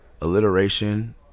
alliteration